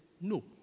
No